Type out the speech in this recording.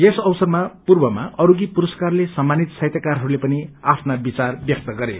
यस अवसरमा पूर्वम अरूगि पुरस्कारले सम्मानित साहित्यकारहरूले पनि आफ्ना विचार व्यक्त गरे